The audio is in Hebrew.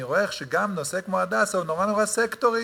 אני רואה שגם נושא כמו "הדסה" הוא נורא נורא סקטורי.